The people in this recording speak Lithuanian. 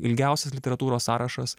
ilgiausias literatūros sąrašas